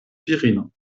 virinon